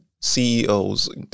CEOs